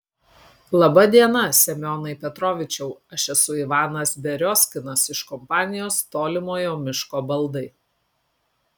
laba diena semionai petrovičiau aš esu ivanas beriozkinas iš kompanijos tolimojo miško baldai